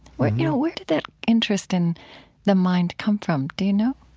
where you know where did that interest in the mind come from? do you know?